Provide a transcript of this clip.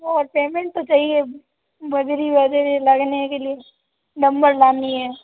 और पेमेन्ट तो चाहिए बजरी वजरी लगने के लिए डम्बर लानी है